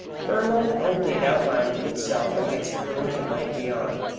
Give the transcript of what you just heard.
for a moment only it outlined itself against the brilliant light beyond,